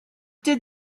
did